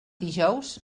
dijous